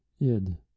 Id